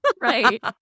Right